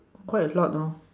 quite a lot lor